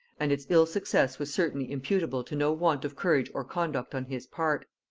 and its ill-success was certainly imputable to no want of courage or conduct on his part.